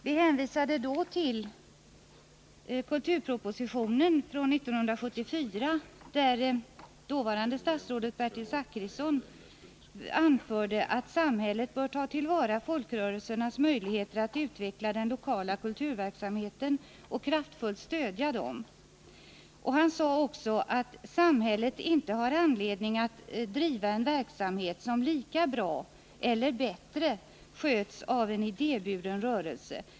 Vi hänvisade då till kulturpropositionen från 1974, i vilken det dåvarande statsrådet Bertil Zachrisson anförde att samhället bör ta till vara folkrörelsernas möjligheter att utveckla den lokala kulturverksamheten och kraftfullt stödja den. Han sade också att samhället inte har anledning att driva en verksamhet som lika bra eller bättre sköts av en idéburen rörelse.